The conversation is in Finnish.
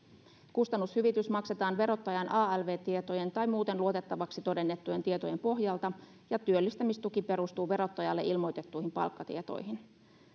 kustannushyvitys maksetaan verottajan alv tietojen tai muuten luotettavaksi todennettujen tietojen pohjalta ja työllistämistuki perustuu verottajalle ilmoitettuihin palkkatietoihin